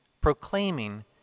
Proclaiming